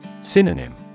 Synonym